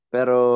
Pero